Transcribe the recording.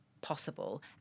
possible